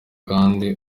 kandi